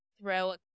throw